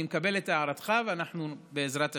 אני מקבל את הערתך, ואנחנו בעזרת השם.